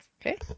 Okay